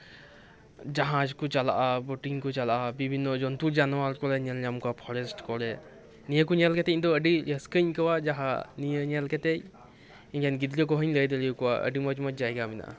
ᱡᱟᱦᱟᱡ ᱠᱚ ᱪᱟᱞᱟᱜᱼᱟ ᱵᱳᱴᱤᱝ ᱠᱚ ᱪᱟᱞᱟᱜᱼᱟ ᱵᱤᱵᱷᱤᱱᱱᱚ ᱡᱚᱱᱛᱩ ᱡᱟᱱᱣᱟᱨ ᱠᱚᱞᱮ ᱧᱮᱞ ᱧᱟᱢ ᱠᱚᱣᱟ ᱯᱷᱚᱨᱮᱥᱴ ᱠᱚᱨᱮᱫ ᱱᱤᱭᱟᱹ ᱠᱚ ᱧᱮᱞ ᱠᱟᱛᱮᱫ ᱤᱧ ᱫᱚ ᱟᱹᱰᱤ ᱨᱟᱹᱥᱠᱟᱹᱧ ᱟᱭᱠᱟᱹᱣᱟ ᱡᱟᱦᱟᱸ ᱱᱤᱭᱟᱹ ᱧᱮᱞ ᱠᱟᱛᱮᱫ ᱤᱧ ᱨᱮᱱ ᱜᱤᱫᱽᱨᱟᱹ ᱠᱚᱦᱚᱧ ᱞᱟᱹᱭ ᱫᱟᱲᱮ ᱟᱠᱚᱣᱟ ᱢᱚᱸᱡᱽ ᱢᱚᱸᱡᱽ ᱡᱟᱭᱜᱟ ᱢᱮᱱᱟᱜᱼᱟ